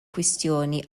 kwestjoni